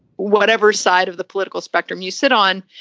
whatever side of the political spectrum you sit on.